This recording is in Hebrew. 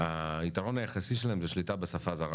היתרון היחסי שלהם זה שליטה בשפה זרה